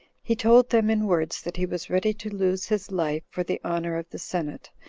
he told them in words that he was ready to lose his life for the honor of the senate,